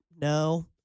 No